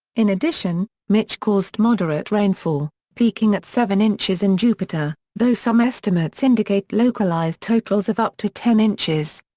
in addition, mitch caused moderate rainfall, peaking at seven inches in jupiter, though some estimates indicate localized totals of up to ten inches.